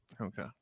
Okay